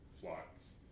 flights